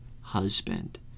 husband